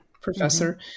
professor